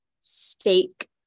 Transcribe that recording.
Steak